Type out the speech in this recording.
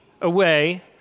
away